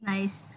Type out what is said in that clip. Nice